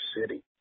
City